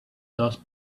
those